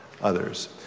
others